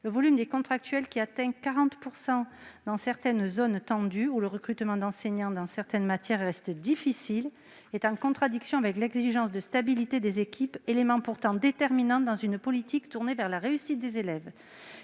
Le nombre des contractuels, qui atteint 40 % dans certaines zones tendues où le recrutement d'enseignants reste difficile dans certaines matières, est en contradiction avec l'exigence de stabilité des équipes, élément pourtant déterminant d'une politique tournée vers la réussite des élèves.